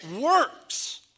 works